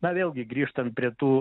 na vėlgi grįžtant prie tų